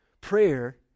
Prayer